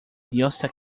diosa